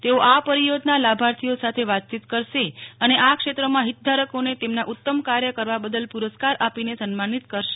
તેઓ આ પરિયોજના લાભાર્થીઓ સાથ વાતચીત કરશે અને આ ક્ષેત્રમાં હિતધારકોને તેમના ઉત્તમકાર્ય કરવા બદલ પુરસ્કાર આપીને સન્માનિત કરશે